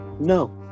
No